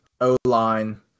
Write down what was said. O-line